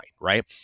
right